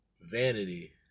vanity